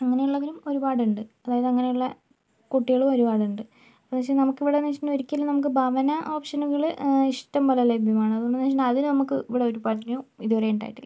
അങ്ങനെയുള്ളവരും ഒരുപാടുണ്ട് അതായത് അങ്ങനെയുള്ള കുട്ടികൾ ഒരുപാടുണ്ട് എന്ന് വെച്ചാൽ നമുക്കിവിടെയെന്ന് വെച്ചാൽ ഒരിക്കലും നമുക്ക് ഇവിടെ ഭവന ഓപ്ഷനുകൾ ഇഷ്ടംപോലെ ലഭ്യമാണ് അതുകൊണ്ട് തന്നെ അത് നമുക്ക് ഇവിടെ ഒരു പഞ്ഞമോ ഇതുവരെ ഉണ്ടായിട്ടില്ല